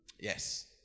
Yes